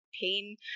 pain